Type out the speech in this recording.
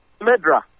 Medra